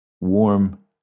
warm